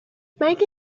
مگه